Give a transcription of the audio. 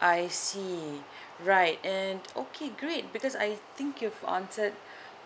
I see right and okay great because I think you've answered